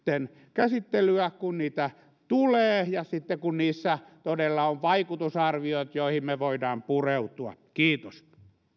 käsittelyä kun niitä tulee ja kun niissä todella on vaikutusarviot joihin me voimme pureutua kiitos